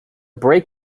brake